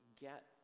get